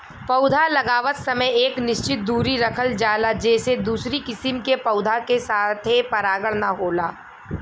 पौधा लगावत समय एक निश्चित दुरी रखल जाला जेसे दूसरी किसिम के पौधा के साथे परागण ना होला